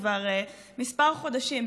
כבר כמה חודשים,